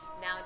Now